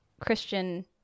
Christian